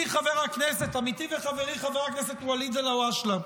עמיתי וחברי חבר הכנסת ואליד אלהואשלה,